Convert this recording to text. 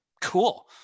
Cool